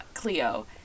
Cleo